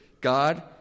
God